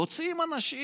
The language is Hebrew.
יוצאים אנשים